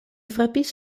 frapis